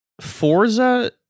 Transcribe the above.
Forza